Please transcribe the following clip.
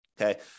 okay